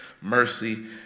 mercy